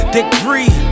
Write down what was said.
Degree